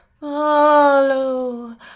follow